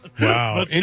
Wow